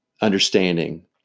understanding